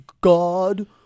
God